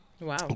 Wow